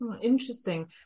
Interesting